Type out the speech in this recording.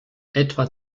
etwa